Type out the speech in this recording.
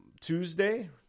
Tuesday